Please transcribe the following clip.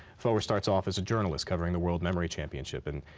foer starts off as a journalist covering the world memory championship, and,